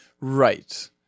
Right